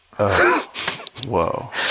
Whoa